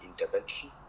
intervention